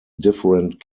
different